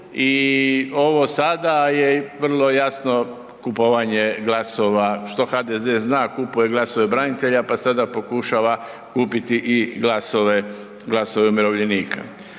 i ovo sada je vrlo jasno kupovanje glasova što HDZ zna, kupuje glasova branitelja pa sada pokušava kupiti i glasove umirovljenika.